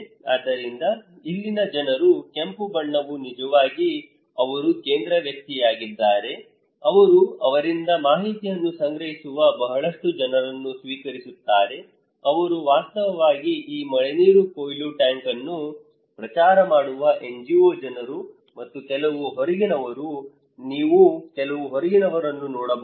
ಆದ್ದರಿಂದ ಇಲ್ಲಿನ ಜನರು ಕೆಂಪು ಬಣ್ಣವು ನಿಜವಾಗಿ ಅವರು ಕೇಂದ್ರ ವ್ಯಕ್ತಿಯಾಗಿದ್ದಾರೆ ಅವರು ಅವರಿಂದ ಮಾಹಿತಿಯನ್ನು ಸಂಗ್ರಹಿಸುವ ಬಹಳಷ್ಟು ಜನರನ್ನು ಸ್ವೀಕರಿಸುತ್ತಾರೆ ಅವರು ವಾಸ್ತವವಾಗಿ ಈ ಮಳೆನೀರು ಕೊಯ್ಲು ಟ್ಯಾಂಕ್ ಅನ್ನು ಪ್ರಚಾರ ಮಾಡುವ NGO ಜನರು ಮತ್ತು ಕೆಲವು ಹೊರಗಿನವರು ನೀವು ಕೆಲವು ಹೊರಗಿನವರನ್ನು ನೋಡಬಹುದು